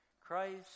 Christ